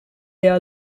their